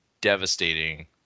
devastating